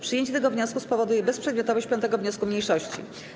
Przyjęcie tego wniosku spowoduje bezprzedmiotowość 5. wniosku mniejszości.